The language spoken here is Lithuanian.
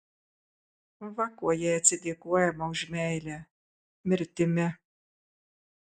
va kuo jai atsidėkojama už meilę mirtimi